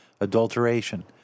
Adulteration